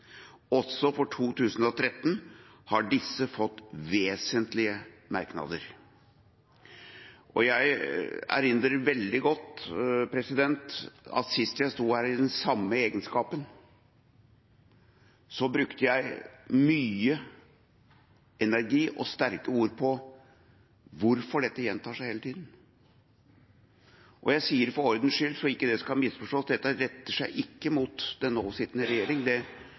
Også for 2013 har disse fått vesentlige merknader. Jeg erindrer veldig godt at sist jeg sto her i samme egenskap, brukte jeg mye energi og sterke ord på hvorfor dette gjentar seg hele tiden. Jeg sier for ordens skyld, så det ikke skal misforstås: Dette retter seg ikke mot den nå sittende regjering,